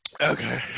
Okay